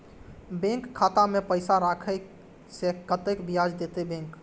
Bank खाता में पैसा राखे से कतेक ब्याज देते बैंक?